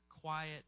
quiet